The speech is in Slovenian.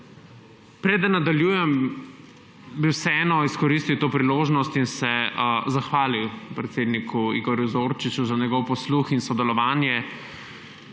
Preden nadaljujem, bi vseeno izkoristil to priložnost in se zahvalil predsedniku Igorju Zorčiču za njegov posluh in sodelovanje,